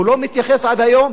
הוא לא מתייחס עד היום.